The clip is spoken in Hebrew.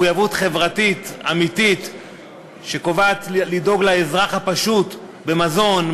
מחויבות חברתית אמיתית שקובעת לדאוג לאזרח הפשוט במזון,